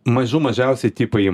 mažų mažiausia tipai